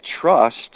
trust